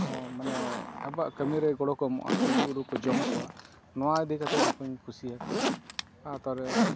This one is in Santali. ᱢᱟᱱᱮ ᱟᱵᱚᱣᱟᱜ ᱠᱟᱹᱢᱤᱨᱮ ᱜᱚᱲᱚ ᱠᱚ ᱮᱢᱚᱜᱼᱟ ᱛᱤᱡᱩ ᱩᱨᱩ ᱠᱚ ᱡᱚᱢ ᱠᱚᱣᱟ ᱱᱚᱣᱟ ᱤᱫᱤ ᱠᱟᱛᱮᱫ ᱱᱩᱠᱩᱧ ᱠᱩᱥᱤ ᱟᱠᱚᱣᱟ ᱟᱨ ᱛᱟᱦᱚᱞᱮ